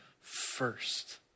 first